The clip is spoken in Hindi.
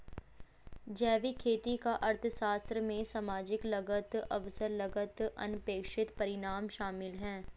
जैविक खेती का अर्थशास्त्र में सामाजिक लागत अवसर लागत अनपेक्षित परिणाम शामिल है